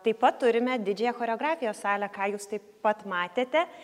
taip pat turime didžiąją choreografijos salę ką jūs taip pat matėte